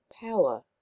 power